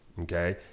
okay